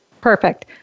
Perfect